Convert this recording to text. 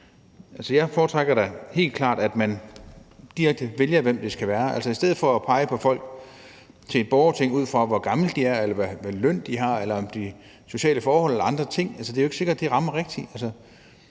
Jeg foretrækker da helt klart, at man vælger direkte, hvem det skal være, i stedet for at pege på folk til et borgerting, ud fra hvor gamle de er, eller hvad løn de har, eller sociale forhold eller andre ting. Det er jo ikke sikkert, det rammer rigtigt.